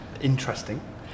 interesting